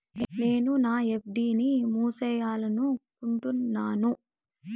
నేను నా ఎఫ్.డి ని మూసేయాలనుకుంటున్నాను